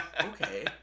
Okay